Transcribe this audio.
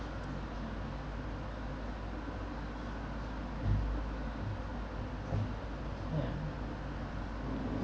mm